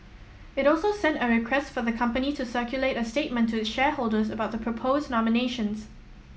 it also sent a request for the company to circulate a statement to its shareholders about the proposed nominations